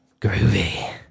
Groovy